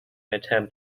attempt